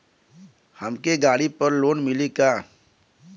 हमके गाड़ी पर लोन मिली का?